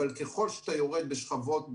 אבל ככל שאתה יורד בשכבות,